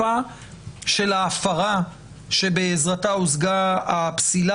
בצורה טובה יותר עם העובדה שאתה עוסק פה גם בהפרה של הדין כלפי העד.